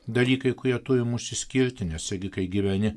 dalykai kurie turi mus išskirti nes irgi kai gyveni